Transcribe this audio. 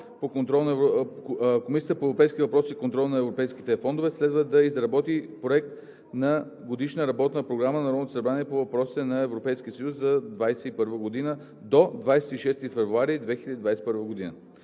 Комисията по европейските въпроси и контрол на европейските фондове следва да изработи Проект на Годишна работна програма на Народното събрание по въпросите на Европейския съюз за 2021 г. до 26 февруари 2021 г.